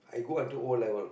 I go until O-level